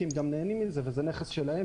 כי הם גם נהנים מזה וזה נכס שלהם.